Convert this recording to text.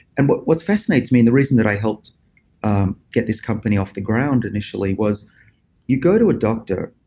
and what what fascinates me and the reason that i helped get this company off the ground initially was you'd go to a doctor.